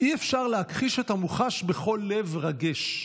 הוא אומר: "אי-אפשר להכחיש את המוחש בכל לב רגש,